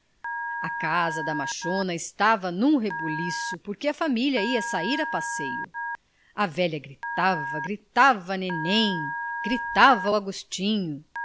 a casa da machona estava num rebuliço porque a família ia sair a passeio a velha gritava gritava nenen gritava o agostinho